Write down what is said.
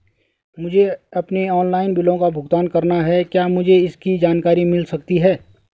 मुझे अपने ऑनलाइन बिलों का भुगतान करना है क्या मुझे इसकी जानकारी मिल सकती है?